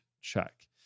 check